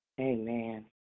Amen